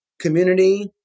community